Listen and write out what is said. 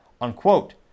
Unquote